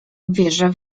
wierzę